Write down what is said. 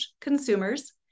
consumers